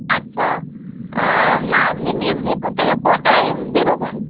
আচ্ছা আর না আপনি মেদিনীপুর থেকে কটায় বেরোবেন